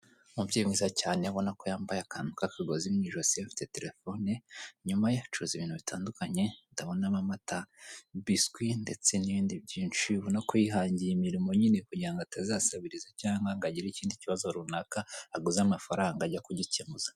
Umubyeyi mwiza cyane, ubona ko yambaye akantu k'akagozi mu ijosi, afite telefone, inyuma ye acuruza ibintu bitandukanye, ndabinamo amata, biswi, ndetse n'ibindi byinshi, ubona ko yihangiye imirimo nyine kugira ngo atazasabiriza cyangwa akagira ikindi kibazo runaka aguza amafaranga ajya kugikemuza.